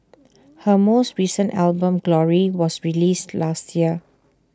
her most recent album glory was released last year